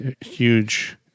huge